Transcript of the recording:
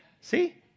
See